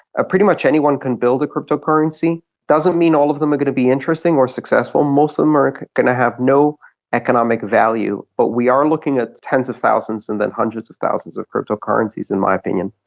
pretty much anyone can build a cryptocurrency. it doesn't mean all of them are going to be interesting or successful. most of them are going to have no economic value. but we are looking at tens of thousands and then hundreds of thousands of cryptocurrencies, in my opinion.